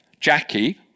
Jackie